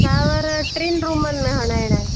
shower टिनि रुमनि में हराइणा आहिनि